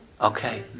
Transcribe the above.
Okay